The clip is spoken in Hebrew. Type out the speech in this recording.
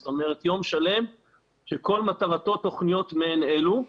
זאת אומרת, יום שלם שכל מטרתו תוכניות מעין אלו.